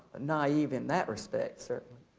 naive in that respect, certainly.